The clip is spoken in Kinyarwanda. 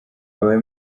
abaye